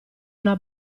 una